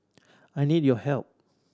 I need your help